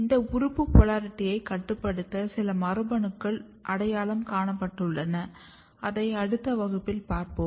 இந்த உறுப்பு போலாரிட்டியைக் கட்டுப்படுத்த சில மரபணுக்கள் அடையாளம் காணப்பட்டுள்ளன அதை அடுத்த வகுப்பில் பார்ப்போம்